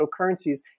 cryptocurrencies